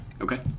Okay